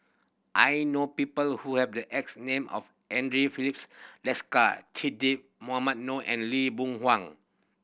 I know people who have the X name as Andre Filipe Desker Che Dah Mohamed Noor and Lee Boon Wang